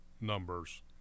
numbers